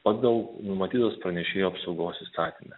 pagal numatytas pranešėjų apsaugos įstatyme